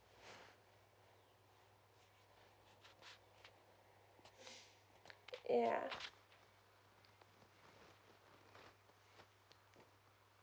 ya